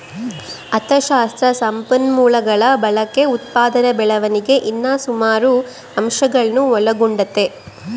ಅಥಶಾಸ್ತ್ರ ಸಂಪನ್ಮೂಲಗುಳ ಬಳಕೆ, ಉತ್ಪಾದನೆ ಬೆಳವಣಿಗೆ ಇನ್ನ ಸುಮಾರು ಅಂಶಗುಳ್ನ ಒಳಗೊಂಡತೆ